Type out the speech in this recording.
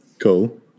Cool